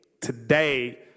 today